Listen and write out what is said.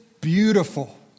beautiful